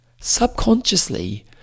subconsciously